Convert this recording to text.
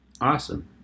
Awesome